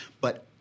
But-